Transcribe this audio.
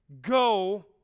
go